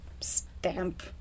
stamp